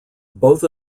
both